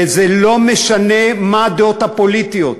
וזה לא משנה מה הדעות הפוליטיות,